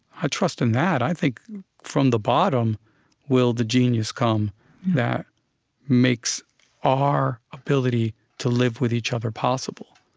i trust in that. i think from the bottom will the genius come that makes our ability to live with each other possible.